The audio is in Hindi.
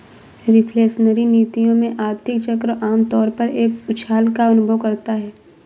रिफ्लेशनरी नीतियों में, आर्थिक चक्र आम तौर पर एक उछाल का अनुभव करता है